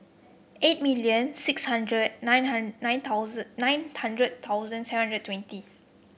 eight million six hundred nine nine thousand nine hundred thousand seven hundred twenty